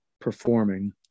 performing